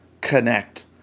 connect